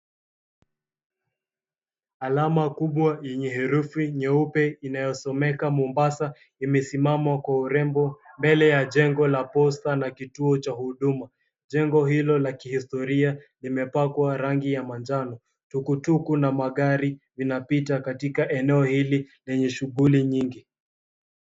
Alama kubwa yenye herufi nyeupe inayosomeka Mombasa imesimama kwa urembo, mbele ya jengo la posta na kituo cha huduma. Jengo hilo la kihistoria limepakwa rangi ya manjano. Tukutuku na magari inapita katika eneo hili lenye shughuli nyingi.